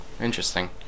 interesting